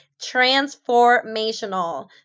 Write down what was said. transformational